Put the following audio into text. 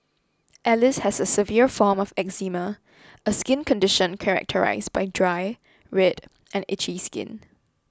Alice has a severe form of eczema a skin condition characterised by dry red and itchy skin